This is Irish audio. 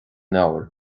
leabhar